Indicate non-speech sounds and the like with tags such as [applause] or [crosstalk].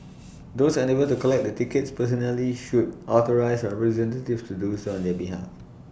those unable to collect their tickets personally should authorise A recent [unintelligible] to do so on their behalf